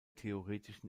theoretischen